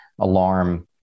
alarm